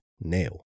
nail